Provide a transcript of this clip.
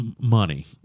money